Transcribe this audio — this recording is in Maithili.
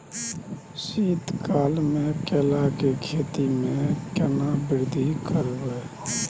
शीत काल मे केला के खेती में केना वृद्धि करबै?